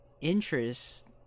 interest